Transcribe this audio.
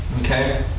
Okay